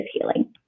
healing